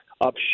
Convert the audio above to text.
up